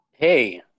Hey